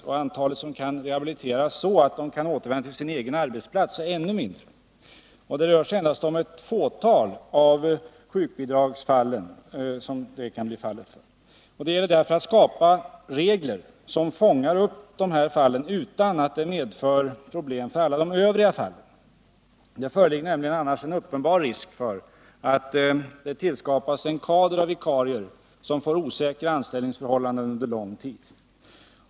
Och det antal människor som kan rehabiliteras så väl att de kan återvända till sin egen arbetsplats är ännu mindre — där rör det sig endast om ett fåtal av sjukbidragsfallen. Det gäller därför att skapa regler som fångar upp de här fallen utan att det medför problem för alla de övriga. Det föreligger nämligen annars en uppenbar risk för att det skapas en kader av vikarier, som får osäkra anställningsförhållanden under lång tid.